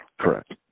Correct